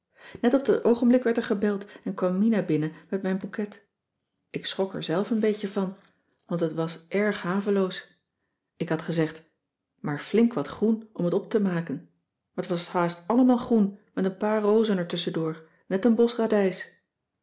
net op dat oogenblik werd er gebeld en kwam mina binnen met mijn bouquet ik schrok er zelf een beetje van want cissy van marxveldt de h b s tijd van joop ter heul het was erg haveloos ik had gezegd maar flink wat groen om het op te maken maar t was haast allemaal groen met een paar rozen er tusschen door net een bos radijs